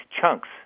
chunks